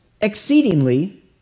exceedingly